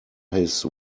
his